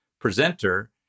presenter